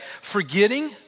Forgetting